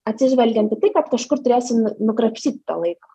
atsižvelgiant į tai kad kažkur turėsim nu nukrapštyt to laiko